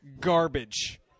garbage